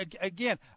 Again